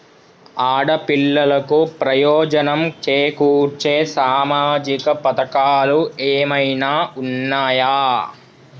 ఆడపిల్లలకు ప్రయోజనం చేకూర్చే సామాజిక పథకాలు ఏమైనా ఉన్నయా?